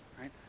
right